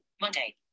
Monday